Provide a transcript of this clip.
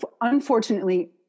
Unfortunately